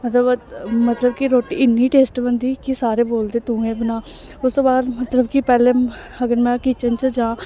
मतलब मतलब कि रोटी इन्नी टेस्ट बनदी कि सारे बोलदे तूएं बना उस तू बाद मतलब कि पैह्लें अगर में किचन च जां